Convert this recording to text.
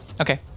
Okay